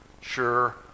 sure